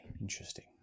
interesting